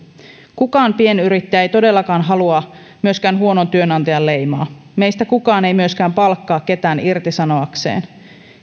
kukaan pienyrittäjä ei todellakaan halua myöskään huonon työnantajan leimaa meistä kukaan ei myöskään palkkaa ketään irtisanoakseen